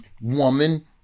woman